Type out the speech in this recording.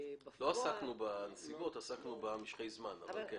לא עסקנו בנסיבות, עסקנו במשכי הזמן, אבל כן.